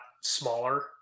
smaller